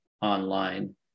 online